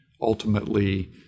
ultimately